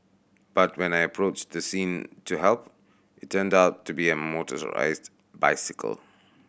but when I approached the scene to help it turned out to be a motorised bicycle